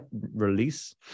release